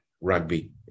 rugby